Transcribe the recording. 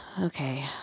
okay